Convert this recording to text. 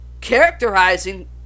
characterizing